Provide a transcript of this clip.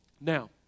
Now